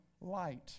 light